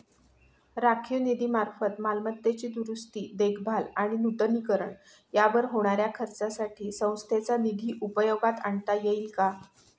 राखीव निधीमार्फत मालमत्तेची दुरुस्ती, देखभाल आणि नूतनीकरण यावर होणाऱ्या खर्चासाठी संस्थेचा निधी उपयोगात आणता येईल का?